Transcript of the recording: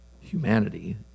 humanity